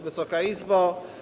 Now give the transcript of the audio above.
Wysoka Izbo!